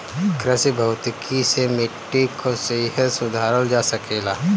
कृषि भौतिकी से मिट्टी कअ सेहत सुधारल जा सकेला